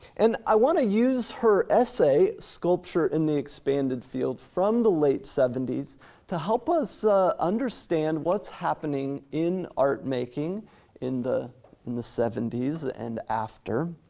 and i wanna use her essay sculpture in the expanded field from the late seventy s to help us understand what's happening in art making in the in the seventy s and after.